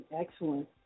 excellent